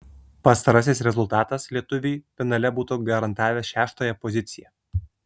pastarasis rezultatas lietuviui finale būtų garantavęs šeštąją poziciją